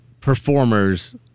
performers